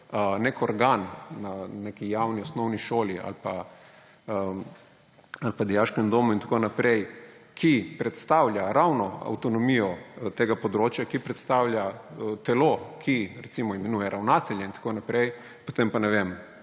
nek organ na neki javni osnovni šoli ali pa dijaškem domu in tako naprej, ki predstavlja ravno avtonomijo tega področja, ki predstavlja telo, ki, recimo, imenuje ravnatelje in tako naprej, potem pa ne vem,